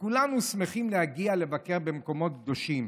כולנו שמחים להגיע לבקר במקומות קדושים